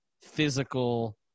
physical